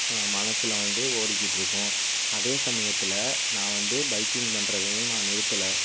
மனசில் வந்து ஓடிக்கிட்டு இருக்கும் அதே சமயத்தில் நான் வந்து பைக்கிங் பண்றதையும் நான் நிறுத்தலை